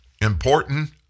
important